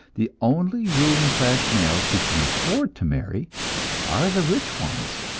the only ruling class males who can afford to marry are the rich ones.